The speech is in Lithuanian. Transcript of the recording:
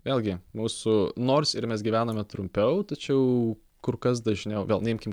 vėlgi mūsų nors ir mes gyvename trumpiau tačiau kur kas dažniau vėl neimkim